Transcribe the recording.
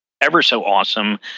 ever-so-awesome